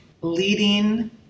leading